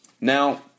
Now